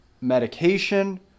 medication